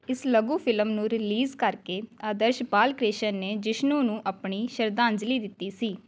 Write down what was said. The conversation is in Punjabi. ਇਸ ਲਘੂ ਫਿਲਮ ਨੂੰ ਰਿਲੀਜ਼ ਕਰਕੇ ਆਦਰਸ਼ ਬਾਲਕ੍ਰਿਸ਼ਨ ਨੇ ਜਿਸ਼ਨੂ ਨੂੰ ਆਪਣੀ ਸ਼ਰਧਾਂਜਲੀ ਦਿੱਤੀ ਸੀ